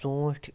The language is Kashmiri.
ژوٗنٛٹھۍ